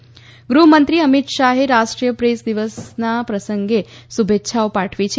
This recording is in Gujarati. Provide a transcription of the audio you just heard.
અમિત શાહ ગૃહમંત્રી અમિત શાહે રાષ્ટ્રીય પ્રેસ દિવસના પ્રસંગે શુભેચ્છાઓ પાઠવી છે